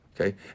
Okay